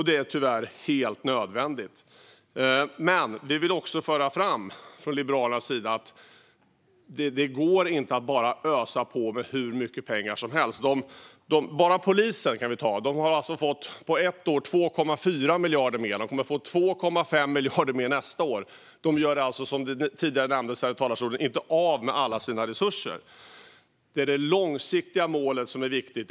Det är tyvärr helt nödvändigt. Vi liberaler vill dock föra fram att det inte bara går att ösa på med hur mycket pengar som helst. Polisen har till exempel på ett år fått 2,4 miljarder mer, och de kommer att få 2,5 miljarder mer nästa år. Som tidigare nämndes här i talarstolen gör de alltså inte av med alla sina resurser. Det är det långsiktiga målet som är viktigt.